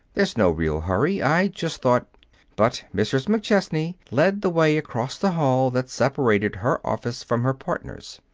there's no real hurry. i just thought but mrs. mcchesney led the way across the hall that separated her office from her partner's.